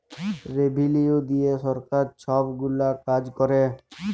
revenue দিঁয়ে সরকার ছব গুলা কাজ ক্যরে